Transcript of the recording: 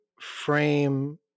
frame